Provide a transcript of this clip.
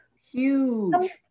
huge